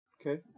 Okay